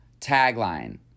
Tagline